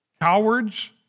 Cowards